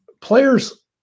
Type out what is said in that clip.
players